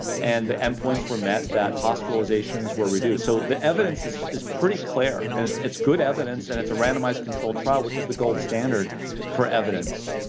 and the end points were met that hospitalizations were reduced so the evidence is pretty clear, and it's it's good evidence, and it's a randomized, controlled trial, which is the gold standard for evidence.